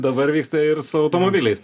dabar vyksta ir su automobiliais